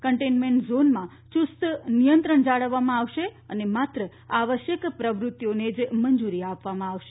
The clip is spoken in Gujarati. કન્ટેઈનમેન્ટ ઝોનમાં યૂસ્ત નિયંત્રણ જાળવવામાં આવશે અને માત્ર આવશ્યક પ્રવૃત્તિઓને જ મંજૂરી આપવામાં આવશે